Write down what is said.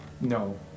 No